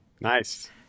Nice